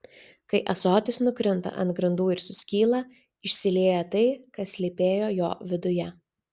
kai ąsotis nukrinta ant grindų ir suskyla išsilieja tai kas slypėjo jo viduje